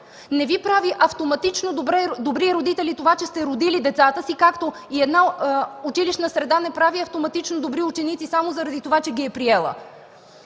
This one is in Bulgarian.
Не Ви прави автоматично добри родители това, че сте родили децата си, както една училищна среда не прави автоматично добри ученици само заради това, че ги е приела.